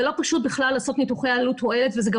זה לא פשוט בכלל לעשות ניתוחי עלות-תועלת וזה גם